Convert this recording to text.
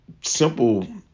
simple